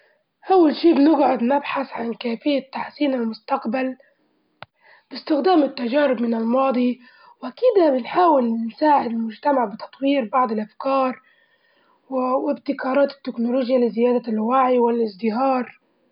أول شي بنجعد نبحث عن كيفية تحسين المستقبل باستخدام التجارب من الماضي وأكيد بنحاول نساعد المجتمع بتطوير بعض الأفكار و- وابتكارات التكنولوجيا لزيادة الوعي والازدهار.